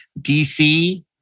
DC